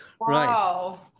Wow